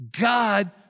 God